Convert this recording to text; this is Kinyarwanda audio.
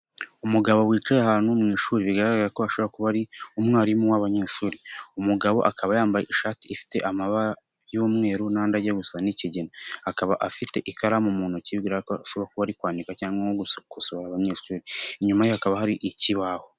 Umugabo wicaye ahantu mu ishuri, bigaragara ko ashobora kuba ari umwarimu w'abo banyeshuri, umugabo akaba yambaye ishati ifite amabara y'umweru n'andi ajya gusa n'ikigina, akaba afite ikaramu mu ntoki, bigaragara ko ashobora kuba ari kwandika cyangwa gukosora abanyeshuri, inyuma ye hakaba hari ikibaho.